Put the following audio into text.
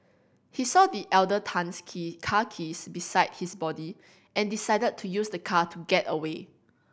he saw the elder Tan's key car keys beside his body and decided to use the car to get away